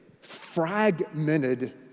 fragmented